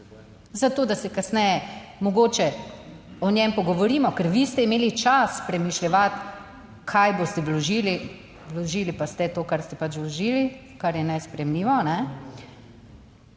za to, da se kasneje mogoče o njem pogovorimo, ker vi ste imeli čas premišljevati, kaj boste vložili, vložili pa ste to kar ste pač vložili, kar je nesprejemljivo.